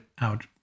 out